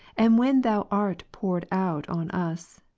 and when thou art poured out on us.